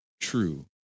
true